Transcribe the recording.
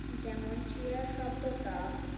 যেমন চেয়ার শব্দটা